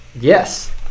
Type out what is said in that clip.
Yes